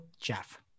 Jeff